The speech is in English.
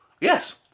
Yes